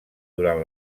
durant